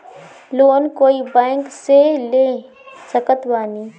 Loan कोई bank से ले सकत बानी?